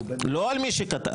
לא על מי שכתב.